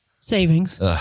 savings